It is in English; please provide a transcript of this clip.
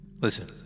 Listen